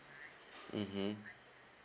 mmhmm